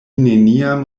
neniam